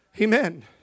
Amen